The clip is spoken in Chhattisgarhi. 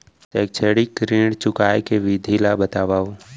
शैक्षिक ऋण चुकाए के विधि ला बतावव